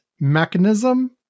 mechanism